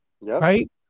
Right